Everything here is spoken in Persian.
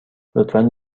لطفا